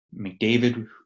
McDavid